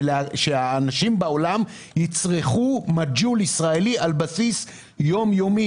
כדי שאנשים בעולם יצרכו מג'הול ישראלי על בסיס יום-יומי.